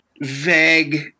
vague